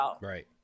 Right